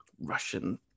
Russian